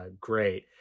great